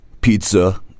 pizza